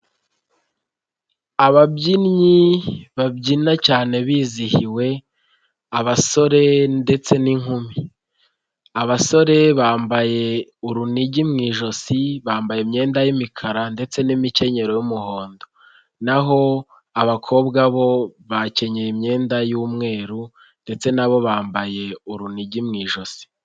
Ababyinnyi babyina cyane bizihiwe abasore ndetse n'inkumi, abasore bambaye urunigi mu ijosi bambaye imyenda y'imikara ndetse n'imikenyero y'umuhondo, na ho abakobwa bo bakenyeye imyenda y'umweru ndetse na bo bambaye urunigi mu ijosi.